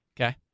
Okay